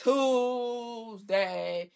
Tuesday